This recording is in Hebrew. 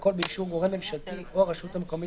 והכול באישור גורם ממשלתי או הרשות המקומית